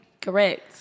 Correct